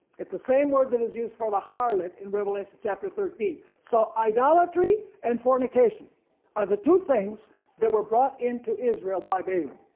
it's the same word that is used for the harlot in revelation chapter thirteen so idolatry and fornication are the two things that were brought into israel by balaam.